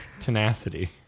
tenacity